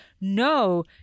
no